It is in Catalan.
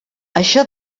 això